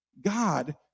God